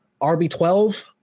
RB12